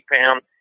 pound